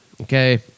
okay